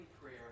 prayer